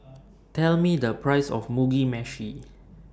Tell Me The Price of Mugi Meshi